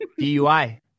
DUI